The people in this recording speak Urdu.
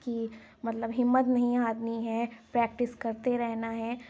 کہ مطلب ہمت نہیں ہارنی ہے پریکٹس کرتے رہنا ہے